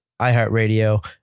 iHeartRadio